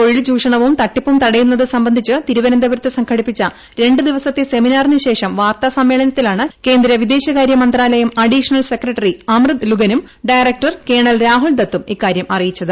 തൊഴിൽ ചൂഷണവും തട്ടിപ്പും തടയുന്നത് സംബന്ധിച്ച് തിരുവനന്തപുരത്ത് സംഘടിപ്പിച്ച രണ്ട് ദിവസത്തെ സെമിനാറിന് ശേഷം വാർത്താ സമ്മേളനത്തിലാണ് കേന്ദ്ര വിദേശകാര്യ മന്ത്രാലയം അഡീഷണൽ സെക്രട്ടറി അമൃത് ലുഗനും ഡയറക്ടർ കേണൽ രാഹുൽദത്തും ഇക്കാര്യം അറിയിച്ചത്